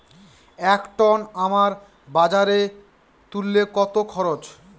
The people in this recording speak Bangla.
এক টন আম বাজারে তুলতে কত খরচ?